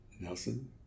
Nelson